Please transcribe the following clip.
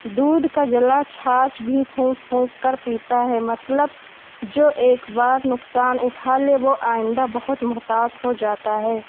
دودھ کا جلا چھاچھ بھی پھونک پھونک کر پیتا ہے مطلب جو ایک بار نقصان اٹھا لے وہ آئندہ بہت محتاط ہو جاتا ہے